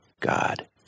God